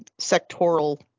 sectoral